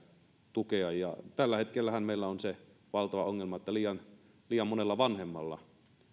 tukea tällä hetkellähän meillä on se valtava ongelma että liian liian monella vanhemmalla